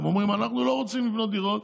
הם אומרים: אנחנו לא רוצים לבנות דירות,